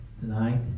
tonight